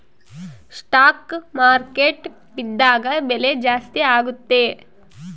stock market ಬಿದ್ದಾಗ ಬೆಲೆ ಜಾಸ್ತಿ ಆಗುತ್ತೆ